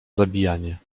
zabijanie